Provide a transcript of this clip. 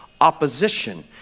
opposition